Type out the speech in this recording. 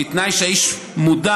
זה בתנאי שהאיש מודע,